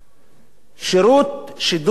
שירות שידור ציבורי.